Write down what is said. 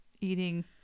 eating